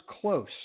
close